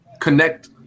connect